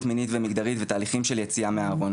מינית ומגדרית ותהליכים של יציאה מהארון.